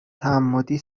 تعمدی